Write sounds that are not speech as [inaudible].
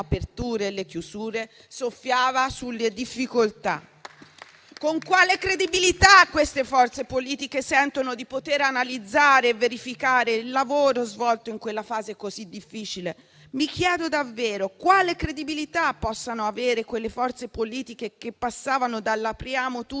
le chiusure, soffiava sulle difficoltà. [applause] Con quale credibilità queste forze politiche sentono di poter analizzare e verificare il lavoro svolto in quella fase così difficile? Mi chiedo davvero quale credibilità possano avere quelle forze politiche che passavano dall'apriamo